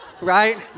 right